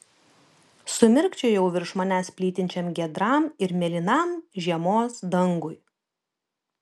sumirkčiojau virš manęs plytinčiam giedram ir mėlynam žiemos dangui